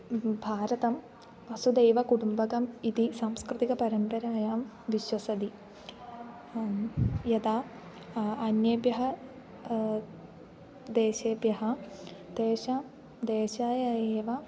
भारतं वसुदैवकुटुम्बकम् इति सांस्कृतिकपरम्परायां विश्वसति यदा अन्येभ्यः देशेभ्यः तेषां देशाय एव